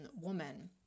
woman